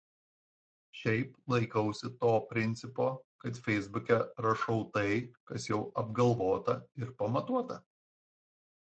šiaip laikausi to principo kad feisbuke rašau tai kas jau apgalvota ir pamatuota